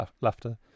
laughter